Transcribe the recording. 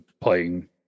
playing